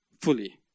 fully